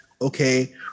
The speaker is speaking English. okay